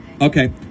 Okay